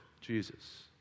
Jesus